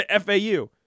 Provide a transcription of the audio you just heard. FAU